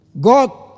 God